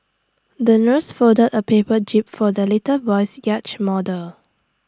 the nurse folded A paper jib for the little boy's yacht model